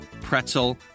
pretzel